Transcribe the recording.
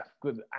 good